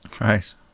Nice